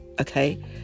okay